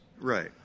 Right